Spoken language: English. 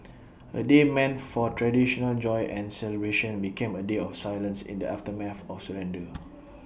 A day meant for traditional joy and celebration became A day of silence in the aftermath of the surrender